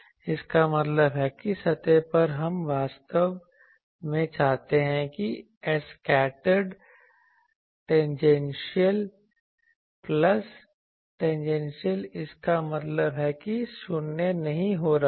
इसका मतलब है कि सतह पर हम वास्तव में चाहते हैं कि Escattered tangential plus Eincident tangential इसका मतलब है कि शून्य नहीं हो रहा है